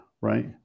right